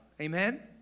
amen